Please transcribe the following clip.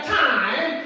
time